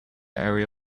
area